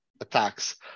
attacks